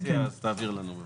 עכשיו אני מגיע להוראת השעה.